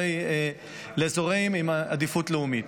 לאזורים עם עדיפות לאומית.